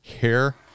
Hair